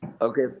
Okay